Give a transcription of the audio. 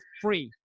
free